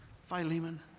Philemon